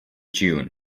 june